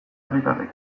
herritarrek